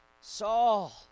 Saul